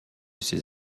ces